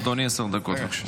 אדוני, עשר דקות, בבקשה.